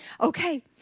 Okay